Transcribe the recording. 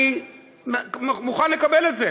אני מוכן לקבל את זה.